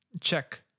check